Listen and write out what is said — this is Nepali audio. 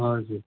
हजुर